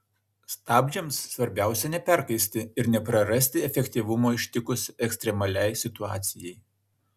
stabdžiams svarbiausia neperkaisti ir neprarasti efektyvumo ištikus ekstremaliai situacijai